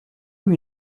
lui